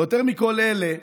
ויותר מכל אלה,